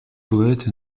poètes